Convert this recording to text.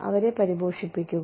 അവരെ പരിപോഷിപ്പിക്കുക